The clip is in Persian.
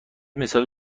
مثالی